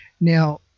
Now